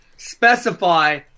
specify